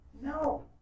No